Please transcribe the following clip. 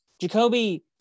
Jacoby